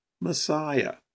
Messiah